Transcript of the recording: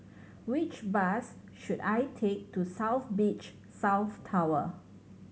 which bus should I take to South Beach South Tower